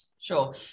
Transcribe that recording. Sure